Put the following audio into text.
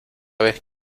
vez